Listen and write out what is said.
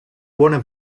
buona